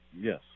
yes